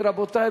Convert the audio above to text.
רבותי,